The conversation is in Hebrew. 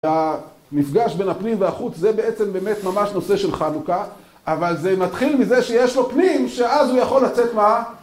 המפגש בין הפנים והחוץ זה בעצם באמת ממש נושא של חנוכה אבל זה מתחיל מזה שיש לו פנים שאז הוא יכול לצאת מה?